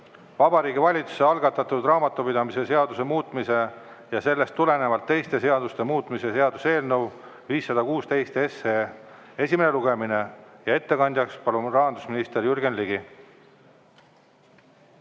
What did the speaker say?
Vabariigi Valitsuse algatatud raamatupidamise seaduse muutmise ja sellest tulenevalt teiste seaduste muutmise seaduse eelnõu 516 esimene lugemine. Ettekandjaks palun rahandusminister Jürgen Ligi.